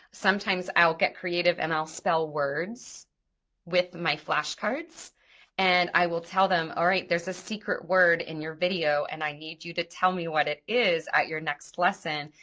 sometimes i'll get creative and i'll spell words with my flashcards and i will tell them alright, there's a secret word in your video and i need you to tell me what it is at your next lesson,